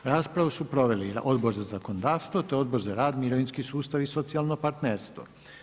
Raspravu su proveli Odbor za zakonodavstvo te Odbor za rad, mirovinski sustav i socijalno partnerstvo.